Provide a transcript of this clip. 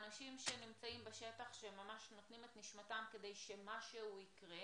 אנשים שנמצאים בשטח ממש נותנים את נשמתם כדי שמשהו יקרה,